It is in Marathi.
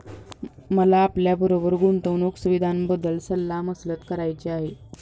मला आपल्याबरोबर गुंतवणुक सुविधांबद्दल सल्ला मसलत करायची आहे